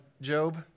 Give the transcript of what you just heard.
Job